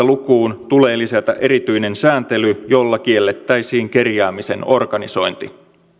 lukuun tulee lisätä erityinen sääntely jolla kiellettäisiin kerjäämisen organisointi